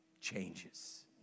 changes